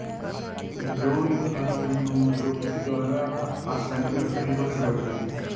drone अर्नोटोकी द्वारा असंक्रमित अंडों से बढ़ते हैं